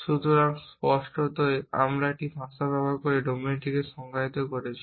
সুতরাং স্পষ্টতই আমরা একটি ভাষা ব্যবহার করে ডোমেনটিকে সংজ্ঞায়িত করেছি